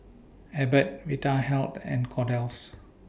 Abbott Vitahealth and Kordel's